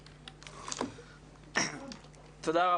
תודה.